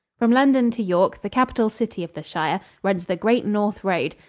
from london to york, the capital city of the shire, runs the great north road,